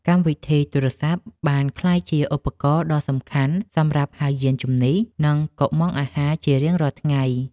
កម្មវិធីទូរសព្ទបានក្លាយជាឧបករណ៍ដ៏សំខាន់សម្រាប់ហៅយានជំនិះ និងកុម្ម៉ង់អាហារជារៀងរាល់ថ្ងៃ។